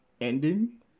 ending